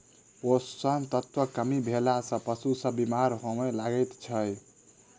पोषण तत्वक कमी भेला सॅ पशु सभ बीमार होमय लागैत छै